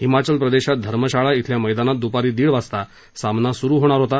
हिमाचल प्रदेशात धर्मशाळा इथल्या मैदानात द्पारी दीड वाजता सामना स्रु होणार होता